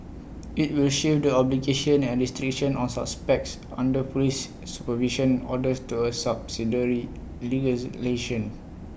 IT will shift the obligations and restrictions on suspects under Police supervision orders to A subsidiary legislation